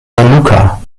lucia